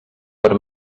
per